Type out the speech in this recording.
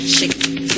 Shake